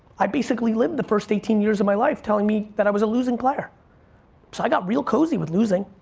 i basically lived the first eighteen years of my life telling me that i was a losing player. so i got real cozy with losing.